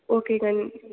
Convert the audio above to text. ஓகேங்க